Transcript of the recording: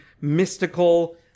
mystical